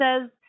says